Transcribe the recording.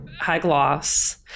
high-gloss